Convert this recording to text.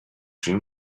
dream